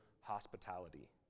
hospitality